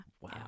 Wow